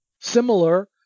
similar